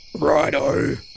Righto